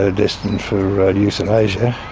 ah destined for euthanasia.